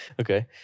Okay